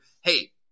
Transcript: Hey